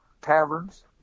taverns